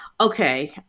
okay